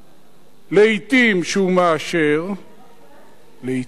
לעתים, הוא מאשר, לעתים, הוא לא מאשר.